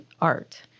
art